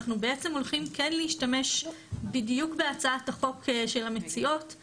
אנחנו בעצם כן הולכים להשתמש בדיוק בהצעת החוק של המציעות,